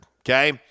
okay